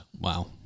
Wow